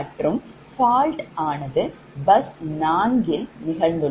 மற்றும் fault ஆனது bus 4ல் நிகழ்ந்துள்ளது